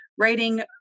writing